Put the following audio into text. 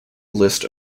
list